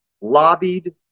lobbied